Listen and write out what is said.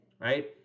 right